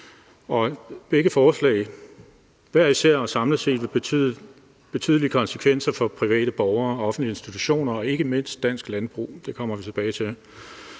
vil have betydelige konsekvenser for private borgere og offentlige institutioner og ikke mindst dansk landbrug;